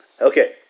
Okay